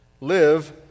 Live